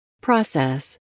Process